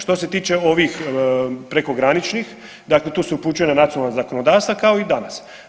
Što se tiče ovih prekograničnih, dakle tu se upućuje na nacionalna zakonodavstva kao i danas.